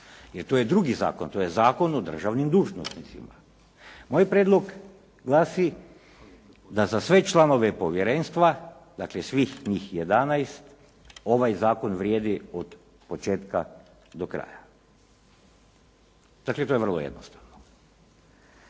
jer to je drugi zakon, to je Zakon o državnim dužnosnicima. Moj prijedlog glasi da za sve članove povjerenstva, dakle, svih njih 11 ovaj zakon vrijedi od početka do kraja. Dakle, to je vrlo jednostavno!